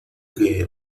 que